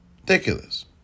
Ridiculous